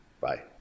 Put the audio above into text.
Bye